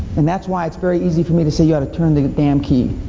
and that's why it's very easy for me to say you ought to turn the damn key.